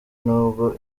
n’ubwo